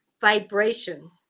vibration